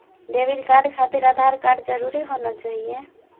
Debit card खातिर Aadhaar card जरूरी होना चाहिए?